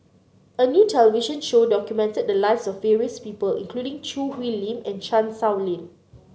a new television show documented the lives of various people including Choo Hwee Lim and Chan Sow Lin